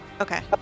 Okay